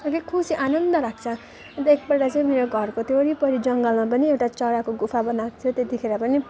अलिक खुसी आनन्द लाग्छ अन्त एकपल्ट चाहिँ मेरो घरको त्यो वरिपरि जङ्गलमा पनि एउटा चराको गुफा बनाएको थियो त्यतिखेर पनि